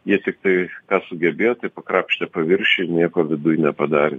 jie tiktai ką sugebėjo tai pakrapštė paviršiuj nieko viduj nepadarė